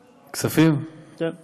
הכספים, כן.